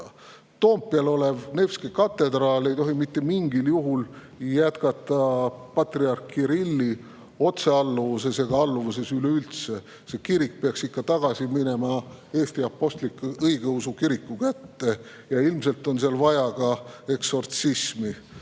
Toompeal olev Nevski katedraal ei tohi mitte mingil juhul jätkata patriarh Kirilli otsealluvuses ega alluvuses üleüldse. See kirik peaks tagasi minema Eesti Apostlik-Õigeusu Kiriku kätte. Ja ilmselt on seal vaja ka eksortsismi,